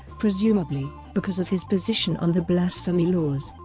presumably, because of his position on the blasphemy laws.